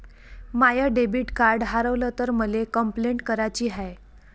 माय debit card हारवल तर मले कंपलेंट कराची हाय